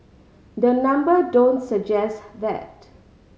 the number don't suggest that